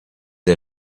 are